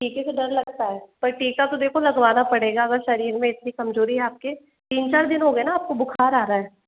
ठीक है फिर डर लगता है पर टीका तो देखो लगवाना पड़ेगा अगर शरीर में इतनी कमजोरी है आप के तीन चार दिन हो गए ना आप को बुखार आ रहा है